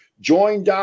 join